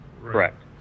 Correct